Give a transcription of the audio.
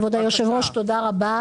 כבוד יושב הראש, תודה רבה.